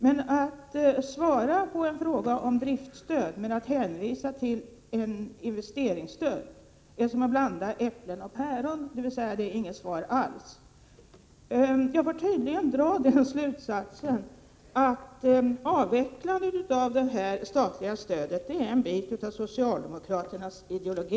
Men att svara på en fråga om driftstöd med att hänvisa till ett investeringsstöd är som att blanda ihop äpplen och päron, dvs. det är inget svar alls. Jag får tydligen dra slutsatsen att avvecklandet av det statliga stödet är en bit av socialdemokraternas ideologi.